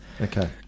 Okay